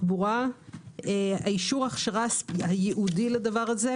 אישור ההכשרה הייעודי לדבר הזה,